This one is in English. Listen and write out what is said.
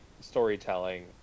storytelling